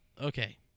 okay